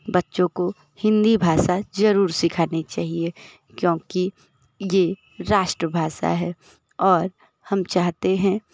बच्चों को हिंदी भाषा ज़रूर सिखानी चाहिए क्योंकि ये राष्ट्रभाषा है और हम चाहते हैं